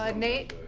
like nate,